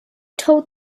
told